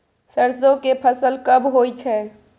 सरसो के फसल कब होय छै?